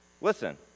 listen